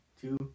Two